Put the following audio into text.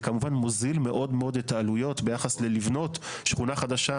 כמובן מוזיל מאוד מאוד את העלויות ביחס ללבנות שכונה חדשה,